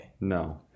no